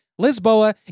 Lisboa